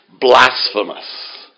blasphemous